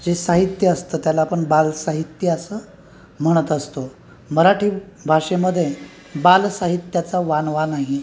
जे साहित्य असतं त्याला आपण बालसाहित्य असं म्हणत असतो मराठी भाषेमध्ये बालसाहित्याची वानवा नाही